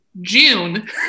June